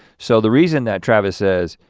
so the reason that travis says,